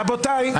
רבותיי, סליחה.